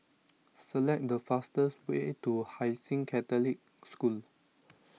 select the fastest way to Hai Sing Catholic School